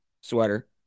sweater